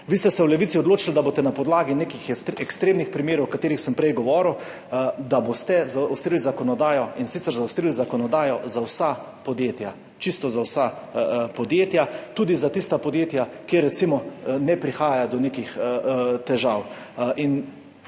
Vi ste se v Levici odločili, da boste na podlagi nekih ekstremnih primerov, o katerih sem prej govoril, zaostrili zakonodajo, in sicer zaostrili zakonodajo za čisto vsa podjetja, tudi za tista podjetja, v katerih recimo ne prihaja do nekih težav